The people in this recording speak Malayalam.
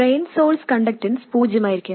ഡ്രെയിൻ സോഴ്സ് കണ്ടക്ടൻസ് പൂജ്യമായിരിക്കും